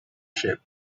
ship